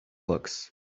looks